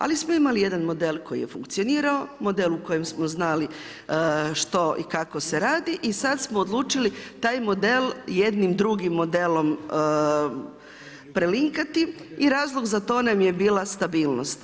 Ali smo imali jedan model koji je funkcionirao, model u kojem smo znali što i kako se radi i sad smo odlučili taj model jednim drugim modelom prelinkati i razlog za to nam je bila stabilnost.